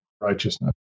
righteousness